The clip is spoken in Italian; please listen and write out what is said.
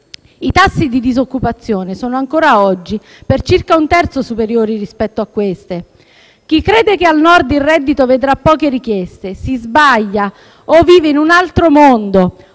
i tassi di disoccupazione sono ancora oggi per circa un terzo superiori rispetto a queste. Chi crede che al Nord il reddito vedrà poche richieste si sbaglia o vive in un altro mondo.